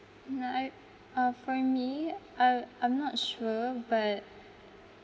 nah I uh for me I I'm not sure but